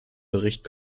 bericht